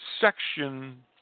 Section